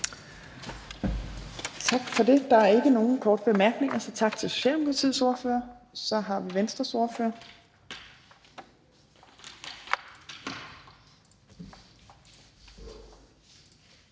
Tak for det. Der er ikke nogen korte bemærkninger, så tak til Socialdemokratiets ordfører. Så har vi Venstres ordfører.